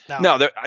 no